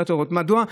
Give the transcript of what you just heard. מדוע?